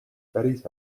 päris